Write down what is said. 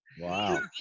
Wow